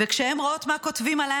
וכשהן רואות מה כותבים עליי,